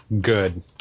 Good